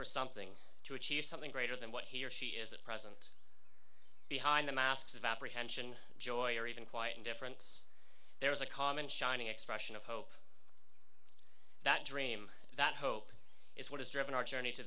for something to achieve something greater than what he or she is at present behind the masks of apprehension joy or even quiet indifference there is a common shining expression of hope that dream that hope is what has driven our journey to